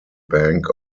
bank